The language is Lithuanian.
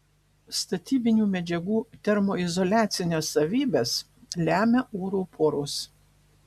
statybinių medžiagų termoizoliacines savybes lemia oro poros